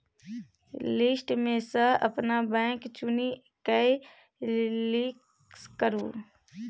list मे सँ अपन बैंक चुनि कए क्लिक करु